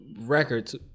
records